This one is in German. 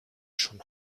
schon